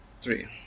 Three